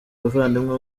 abavandimwe